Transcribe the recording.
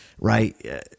right